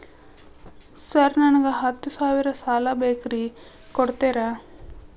Sir ನನಗ ಹತ್ತು ಸಾವಿರ ಸಾಲ ಬೇಕ್ರಿ ಕೊಡುತ್ತೇರಾ?